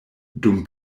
dum